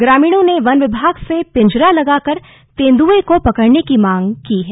ग्रामीणों ने वन विभाग से पिंजरा लगाकर तेंदुए को पकड़ने की मांग की है